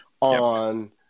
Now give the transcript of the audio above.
on